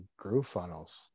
GrooveFunnels